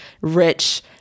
rich